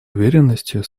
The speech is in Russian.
уверенностью